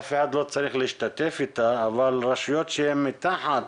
אף אחד לא צריך להשתתף איתה, אבל רשויות שהן מתחת